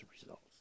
results